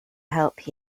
help